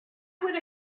would